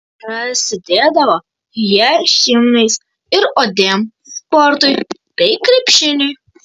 prasidėdavo jie himnais ir odėm sportui bei krepšiniui